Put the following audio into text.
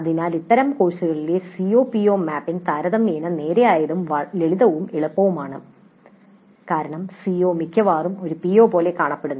അതിനാൽ അത്തരം കോഴ്സുകളിലെ സിഒ പിഒ മാപ്പിംഗ് താരതമ്യേന നേരായതും ലളിതവും എളുപ്പവുമാണ് കാരണം സിഒ മിക്കവാറും ഒരു പിഒ പോലെ കാണപ്പെടുന്നു